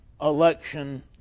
election